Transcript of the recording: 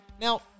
Now